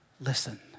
listen